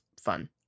fun